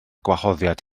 gwahoddiad